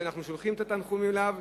שאנחנו שולחים את התנחומים אליו,